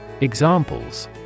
Examples